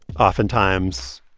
oftentimes,